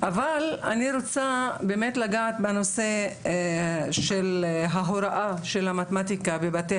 אבל אני רוצה לגעת בנושא של ההוראה של המתמטיקה בבתי